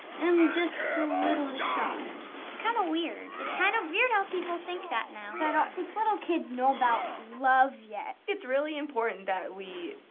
am just a little shocked. it's kind of weird. it's kind of weird how people think that now, but i don't think little kids know about love yet. it's really important that we